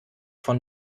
von